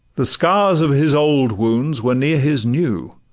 the scars of his old wounds were near his new,